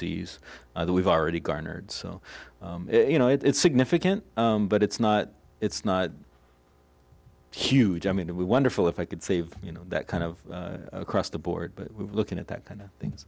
ies other we've already garnered so you know it's significant but it's not it's not huge i mean we wonderful if i could save you know that kind of across the board but we're looking at that kind of things